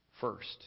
First